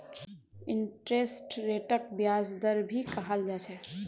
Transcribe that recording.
interest रेटक ब्याज दर भी कहाल जा छे